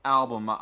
album